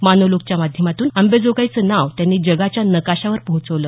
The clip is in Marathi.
मानवलोकच्या माध्यमातून अंबाजोगाईचे नाव त्यांनी जगाच्या नकाशावर पोहोचवलं